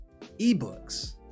eBooks